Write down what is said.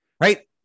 Right